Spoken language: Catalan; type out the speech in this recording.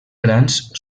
grans